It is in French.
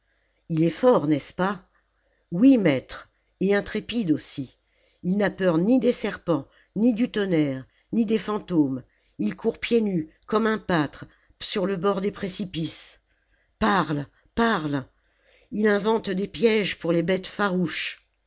il est fort n'est-ce pas oui maître et intrépide aussi ii n'a peur ni des serpents ni du tonnerre ni des fantômes ii court pieds nus comme un pâtre sur le bord des précipices parle parle il invente des pièges pour les bêtes farouches